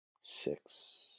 Six